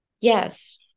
Yes